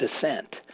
descent